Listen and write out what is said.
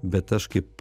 bet aš kaip